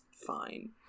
Fine